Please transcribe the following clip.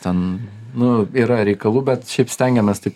ten nu yra reikalų bet šiaip stengiamės taip